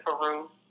Peru